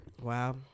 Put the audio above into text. Wow